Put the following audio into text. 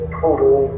total